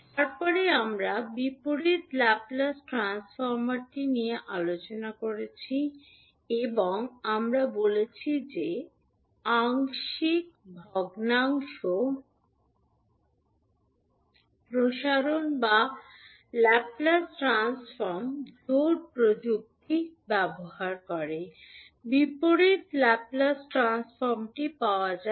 তারপরে আমরা বিপরীত ল্যাপ্লেস ট্রান্সফর্মটি নিয়ে আলোচনা করেছি এবং আমরা বলেছিলাম যে আংশিক ভগ্নাংশ প্রসারণ বা ল্যাপ্লেস ট্রান্সফর্ম জোড় প্রযুক্তি ব্যবহার করে বিপরীত ল্যাপ্লেস ট্রান্সফর্মটি পাওয়া যায়